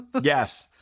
yes